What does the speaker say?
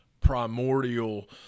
primordial